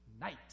night